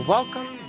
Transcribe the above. Welcome